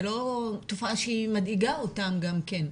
זה לא תופעה שמדאיגה אותם גם כן.